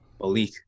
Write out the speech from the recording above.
Malik